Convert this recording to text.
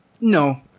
No